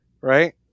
right